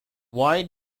wide